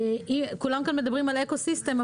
כולם כאן מדברים על אקוסיסטם,